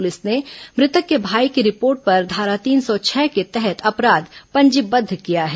police ने मृतक के भाई की रिपोर्ट पर धारा तीन सौ छह के तहत अपराध पंजीबद्ध किया है